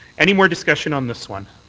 any more discussion on this one?